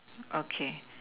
okay